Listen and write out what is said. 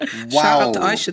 Wow